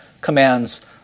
commands